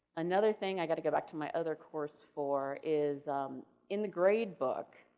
another thing i got to go back to my other course for is in the grade book,